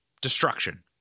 Destruction